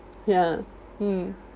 ya mm